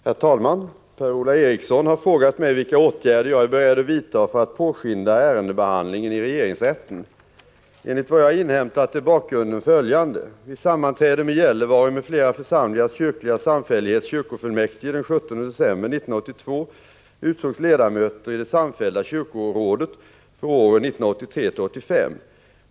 Herr talman! Per-Ola Eriksson har frågat mig vilka åtgärder jag är beredd att vidta för att påskynda ärendebehandlingen i regeringsrätten. Enligt vad jag har inhämtat är bakgrunden följande. Vid sammanträde med Gällivare m.fl. församlingars kyrkliga samfällighets kyrkofullmäktige den 17 december 1982 utsågs ledamöter i det samfällda kyrkorådet för åren 1983-1985.